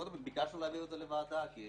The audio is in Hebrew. קודם כול, ביקשנו להעביר את זה לוועדה, כי